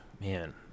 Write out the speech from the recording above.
man